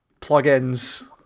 plugins